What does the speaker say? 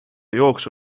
jooksu